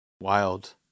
Wild